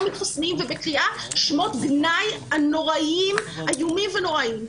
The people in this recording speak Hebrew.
מחוסנים ובקריאת שמות גנאי איומים ונוראיים.